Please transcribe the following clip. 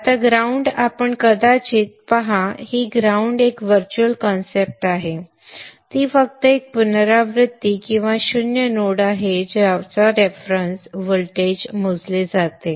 आता ग्राउंड आपण कदाचित पहा ग्राउंड ही एक वर्चुअल कन्सेप्ट आहे ती फक्त एक पुनरावृत्ती किंवा शून्य नोड आहे ज्याच्या रेफरन्स व्होल्टेज मोजले जाते